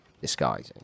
disguising